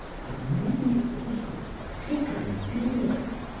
but maybe also take a dare.